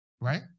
Right